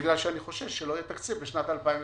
בגלל שאני חושש שלא יהיה תקציב בשנת 2021,